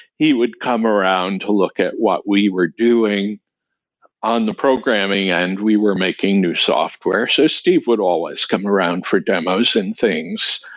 he would come around to look at what we were doing on the programming, and we were making new software. so steve would always come around for demos and things.